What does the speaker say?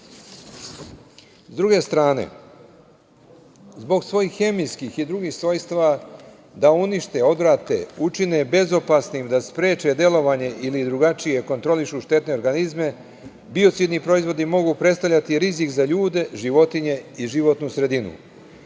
druge strane, zbog svojih hemijskih i drugih svojstava da unište, odvrate, učine bezopasnim, da spreče delovanje ili drugačije kontroliši štetne organizme, biocidni proizvodi mogu predstavljati rizik za ljude, živote i životnu sredinu. Kao